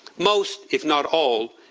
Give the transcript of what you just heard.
most, if not all,